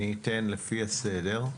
אני אתן לפי הסדר.